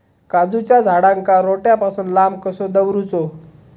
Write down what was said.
काजूच्या झाडांका रोट्या पासून लांब कसो दवरूचो?